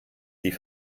die